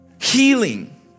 healing